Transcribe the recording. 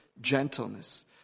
gentleness